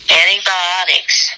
antibiotics